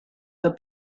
were